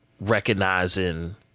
recognizing